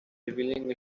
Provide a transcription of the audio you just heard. revealing